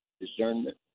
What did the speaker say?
Discernment